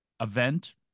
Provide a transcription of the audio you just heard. event